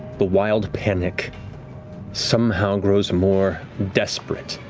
the wild panic somehow grows more desperate.